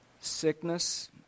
sickness